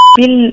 bill